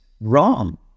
wrong